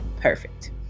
perfect